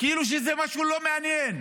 כאילו שזה משהו לא מעניין,